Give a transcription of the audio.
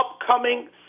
upcoming